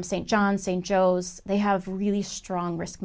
st john st joe's they have really strong risk